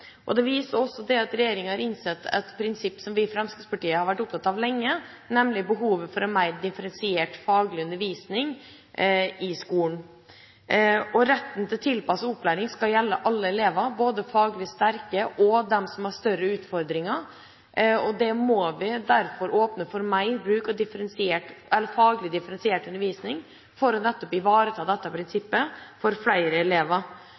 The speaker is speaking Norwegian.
Det viser også at regjeringa har innsett et prinsipp som vi i Fremskrittspartiet har vært opptatt av lenge, nemlig behovet for en mer faglig differensiert undervisning i skolen. Retten til tilpasset opplæring skal gjelde alle elever, både de faglig sterke og dem som har større utfordringer. Vi må derfor åpne for mer bruk av faglig differensiert undervisning, nettopp for å ivareta dette prinsippet for flere elever.